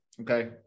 okay